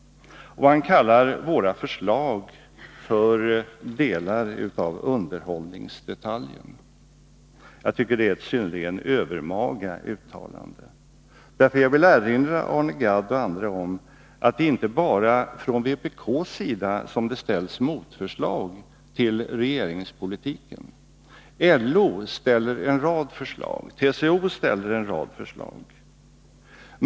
Han kallar våra förslag för ”delar av underhållningsdetaljen”. Jag tycker det är ett synnerligen övermaga uttalande. Jag vill erinra Arne Gadd och andra om att det inte bara är från vpk:s sida som det ställs motförslag till regeringspolitiken. Både LO och TCO ställer en rad förslag.